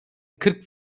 kırk